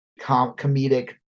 comedic